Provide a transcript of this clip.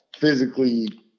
physically